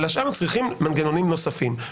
אבל לשאר צריך מנגנונים נוספים,